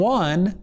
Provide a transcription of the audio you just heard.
one